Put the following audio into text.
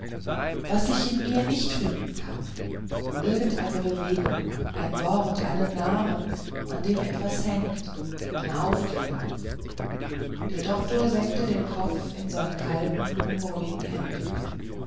was ich in mir nicht finden kann irgend eine bewegung ein wort einen namen an dem etwas hängt eine aufklärung der doktor senkte den kopf in seine kalten unruhigen hände